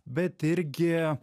bet irgi